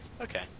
okay